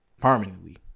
permanently